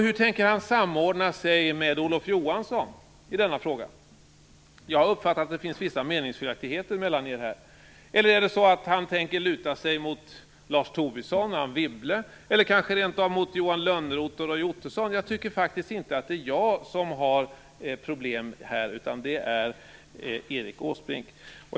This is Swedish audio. Hur tänker han samordna sig med Olof Johansson i denna fråga? Jag har uppfattat att det finns vissa meningsskiljaktigheter mellan er här. Tänker han luta sig mot Lars Tobisson och Anne Wibble, eller kanske rent av mot Johan Lönnroth och Roy Ottosson? Jag tycker faktiskt inte att det är jag som har problem, utan det är Erik Åsbrink.